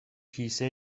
کیسه